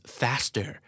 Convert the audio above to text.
faster